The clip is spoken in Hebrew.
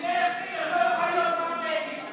אלימלך פירר לא יוכל להיות פרמדיק.